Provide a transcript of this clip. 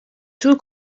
two